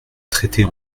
traiter